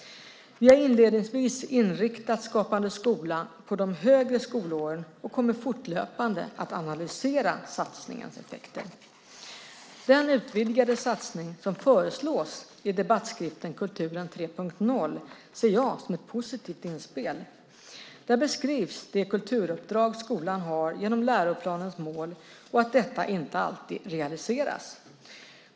Vi har inledningsvis inriktat Skapande skola på de högre skolåren och kommer fortlöpande att analysera satsningens effekter. Den utvidgade satsning som föreslås i debattskriften Kulturen 3.0 ser jag som ett positivt inspel. Där beskrivs det kulturuppdrag skolan har genom läroplanens mål och att detta inte alltid realiseras.